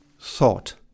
thought